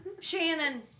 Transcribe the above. Shannon